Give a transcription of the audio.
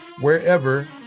wherever